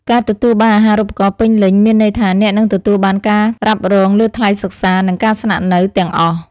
ការទទួលបានអាហារូបករណ៍ពេញលេញមានន័យថាអ្នកនឹងទទួលបានការរ៉ាប់រងលើថ្លៃសិក្សានិងការស្នាក់នៅទាំងអស់។